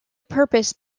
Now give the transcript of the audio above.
purpose